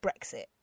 Brexit